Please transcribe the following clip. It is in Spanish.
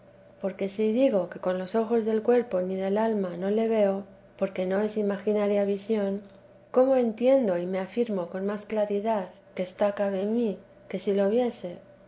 porque si digo que con los ojos del cuerpo ni del alma no le veo porque no es imaginaria visión cómo entiendo y me afirmo con más claridad que está cabe mí que si lo viese